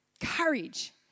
Courage